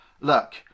look